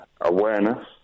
Awareness